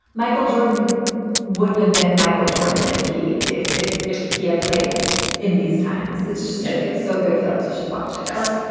michael jordan wouldn't have been michael jordan if he if if if he had played in these times. it's just it's so good. felix, you should watch it. plus,